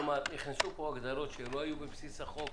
שנכנסו כעת ולא היו בבסיס החוק?